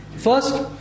First